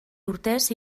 urtez